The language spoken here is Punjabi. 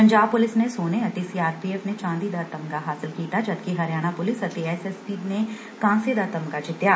ਪੰਜਾਬ ਪੁਲਿਸ ਨੇ ਸੋਨੇ ਅਤੇ ਸੀ ਆਰ ਪੀ ਐਫ਼ ਨੇ ਚਾਂਦੀ ਦਾ ਤਮਗਾ ਹਾਸਲ ਕੀਤਾ ਜਦਕਿ ਹਰਿਆਣਾ ਪੁਲਿਸ ਅਤੇ ਐਸ ਐਸ ਬੀ ਨੇ ਕਾਂਸੇ ਦਾ ਤਮਗਾ ਜਿੱਤਿਆ